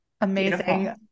Amazing